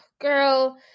Girl